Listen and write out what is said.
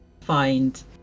find